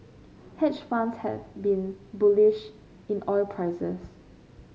hedge funds have been bullish in oil prices